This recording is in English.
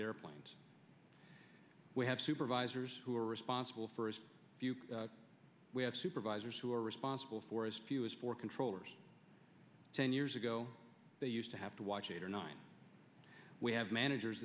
to airplanes we have supervisors who are responsible for us we have supervisors who are responsible for as few as four controllers ten years ago they used to have to watch eight or nine we have managers